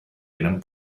gran